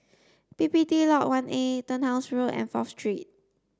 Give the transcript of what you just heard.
P P T Lodge one A Turnhouse Road and Fourth Street